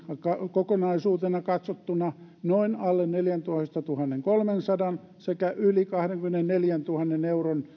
kokonaisuutena katsottuna noin alle neljätoistatuhattakolmesataa sekä yli kaksikymmentäneljätuhatta euroa